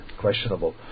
questionable